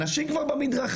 אנשים כבר במדרכה,